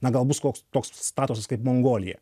na gal bus koks toks statusas kaip mongolija